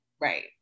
Right